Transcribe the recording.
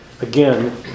Again